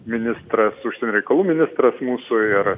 ministras užsienio reikalų ministras mūsų